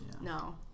No